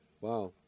Wow